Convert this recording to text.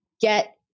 get